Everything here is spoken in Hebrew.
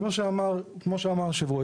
כמו שאמר היושב-ראש,